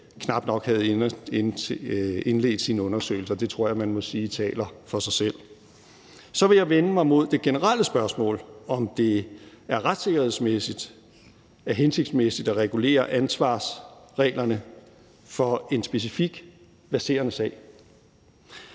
knap nok havde indledt sin undersøgelse, og det tror jeg man må sige taler for sig selv. Så vil jeg vende mig mod det generelle spørgsmål, nemlig om det retssikkerhedsmæssigt er hensigtsmæssigt at regulere ansvarsreglerne for en specifik, verserende sag.